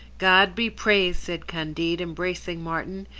god be praised! said candide, embracing martin.